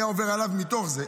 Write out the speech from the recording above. היה עובר מתוך זה,